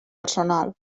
personal